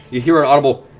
you hear an audible